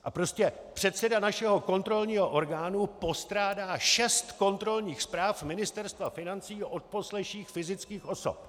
A prostě předseda našeho kontrolního orgánu postrádá šest kontrolních zpráv Ministerstva financí o odposleších fyzických osob!